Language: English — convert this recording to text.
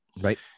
Right